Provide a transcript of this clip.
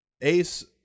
Ace